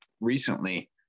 recently